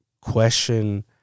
Question